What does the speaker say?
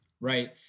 Right